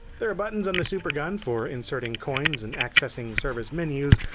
there are buttons on the supergun for inserting coins and accessing service menus,